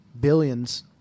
billions